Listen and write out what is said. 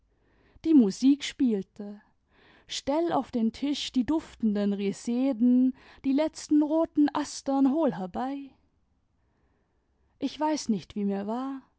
die musik spielte stcll auf den tisch die duftenden reseden die letzten roten astern hol herbeil ich weiß nicht wie mir war